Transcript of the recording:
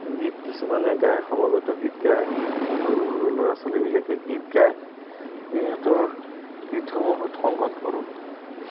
গীত কিছুমানে গায় সমৱেত গীত গায় সৰু সৰু ল'ৰা ছোৱালীবিলাকে গীত গায় সিহঁতৰ গীতসমূহ সংগত কৰোঁ